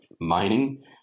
mining